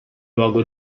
luogo